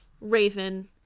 Raven